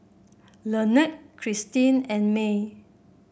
Lynette Christine and Mell